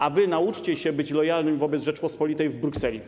A wy nauczcie się być lojalnym wobec Rzeczypospolitej w Brukseli.